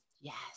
Yes